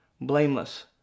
blameless